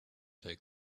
take